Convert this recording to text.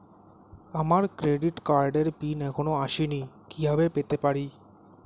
আমার ক্রেডিট কার্ডের পিন এখনো আসেনি কিভাবে পেতে পারি?